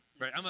right